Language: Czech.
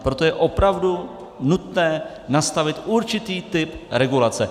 Proto je opravdu nutné nastavit určitý typ regulace.